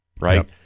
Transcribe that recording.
right